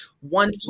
One